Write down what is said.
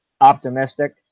optimistic